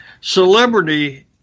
Celebrity